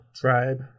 tribe